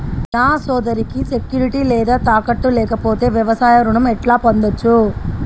నా సోదరికి సెక్యూరిటీ లేదా తాకట్టు లేకపోతే వ్యవసాయ రుణం ఎట్లా పొందచ్చు?